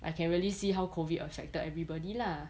I can really see how COVID affected everybody lah